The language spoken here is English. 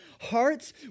hearts